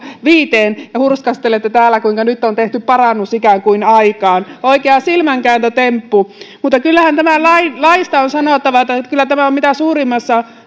viiteen ja hurskastelette täällä kuinka on tehty parannus ikään kuin aikaan oikea silmänkääntötemppu mutta kyllähän tästä laista on sanottava että tämä on mitä suurimmassa